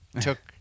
took